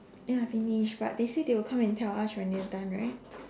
ya I finished but they say they will come and tell us when we are done right